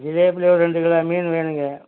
இதே எப்படியோ ஒரு ரெண்டு கிலோ மீன் வேணுங்க